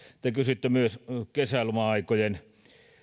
te kysyitte myös kesäloma aikojen